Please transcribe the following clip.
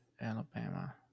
Alabama